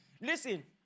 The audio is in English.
Listen